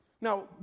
Now